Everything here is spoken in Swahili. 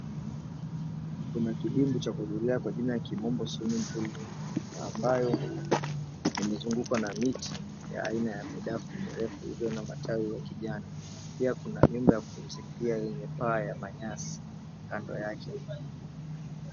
Kuna kidimbwi cha kuogelea kwa jina ya kimombo swimming pool ambayo imezungukwa na miti ya aina ya midafu mirefu iliyo na matawi ya kijani. Pia kuna nyumba ya kupumzikia yenye paa ya manyasi kando yake.